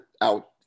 out